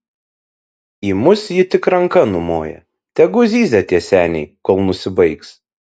į mus ji tik ranka numoja tegu zyzia tie seniai kol nusibaigs